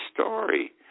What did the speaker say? story